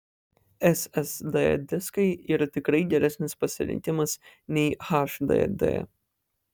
ssd diskai yra tikrai geresnis pasirinkimas nei hdd